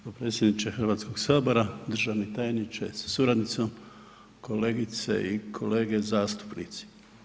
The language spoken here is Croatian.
Potpredsjedniče Hrvatskog sabora, državni tajniče sa suradnicom, kolegice i kolege zastupnici.